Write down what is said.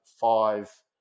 five